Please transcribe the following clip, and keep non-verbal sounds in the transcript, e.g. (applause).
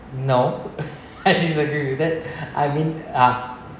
no (laughs) I disagree with that I mean uh